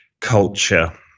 culture